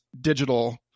digital